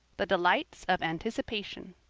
the delights of anticipation